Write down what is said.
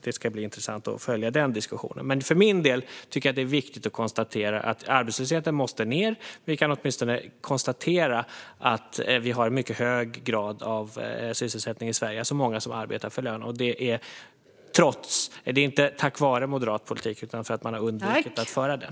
Det ska bli intressant att följa den diskussionen. För min del tycker jag att det är viktigt att arbetslösheten måste ned. Vi kan konstatera att vi har en mycket hög sysselsättningsgrad i Sverige, alltså många som arbetar för lön. Det är inte tack vare moderat politik utan för att man har undvikit att föra den.